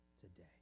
today